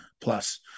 plus